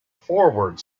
forward